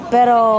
Pero